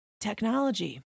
technology